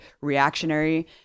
reactionary